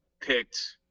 picked